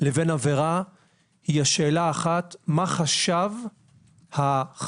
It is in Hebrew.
לבין עבירה היא השאלה האחת: מה חשב החשוד,